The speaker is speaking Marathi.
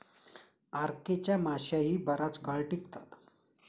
आर.के च्या माश्याही बराच काळ टिकतात